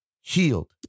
healed